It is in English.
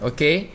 Okay